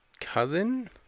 cousin